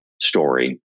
story